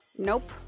nope